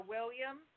William